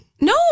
No